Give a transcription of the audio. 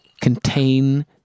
contain